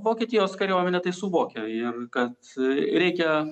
vokietijos kariuomenė tai suvokė ir kad reikia